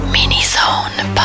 Mini-Zone